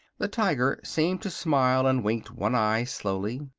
the tiger seemed to smile, and winked one eye slowly.